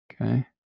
okay